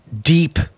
deep